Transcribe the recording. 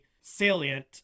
salient